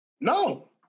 No